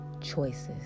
choices